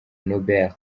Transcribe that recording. nobel